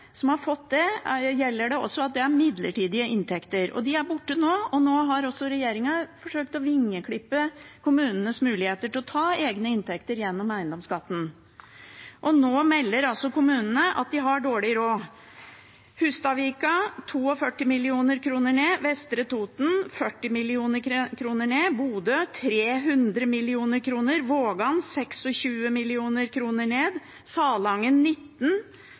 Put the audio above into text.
som har fått det, gjelder det at det er midlertidige inntekter. De er borte nå, og nå har regjeringen forsøkt å vingeklippe kommunenes muligheter til å ta inn egne inntekter gjennom eiendomsskatten. Nå melder kommunene at de har dårlig råd: Hustadvika 42 mill. kr ned, Vestre Toten 40 mill. kr ned, Bodø 300 mill. kr ned, Vågan 26 mill. kr ned, Salangen 19